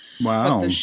wow